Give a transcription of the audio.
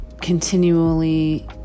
continually